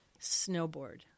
snowboard